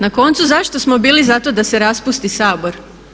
Na koncu, zašto smo bili za to da se raspusti Sabor?